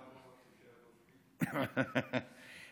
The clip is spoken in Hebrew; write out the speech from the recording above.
ככה אמרו מכחישי,